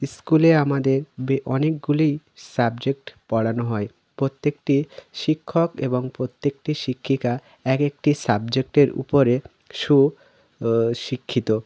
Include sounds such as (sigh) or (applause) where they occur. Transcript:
স্কুলে আমাদের বে (unintelligible) অনেকগুলি সাবজেক্ট পড়ানো হয় প্রত্যেকটি শিক্ষক এবং প্রত্যেকটি শিক্ষিকা এক একটি সাবজেক্টের উপরে সুশিক্ষিত